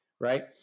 right